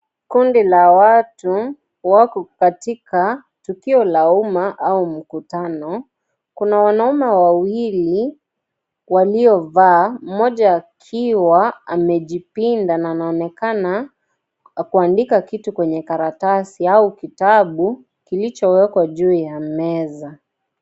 Kundi la watu wako katika tukio la uma au mkutano. Kuna wanaume wawili waliovaa. Mmoja akiwa amejipinda na anaonekana kuandika kitu kwenye karatasi au kitabu kilichowekwa juu ya meza.